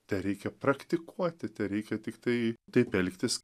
tereikia praktikuoti tereikia tiktai taip elgtis